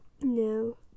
No